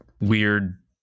weird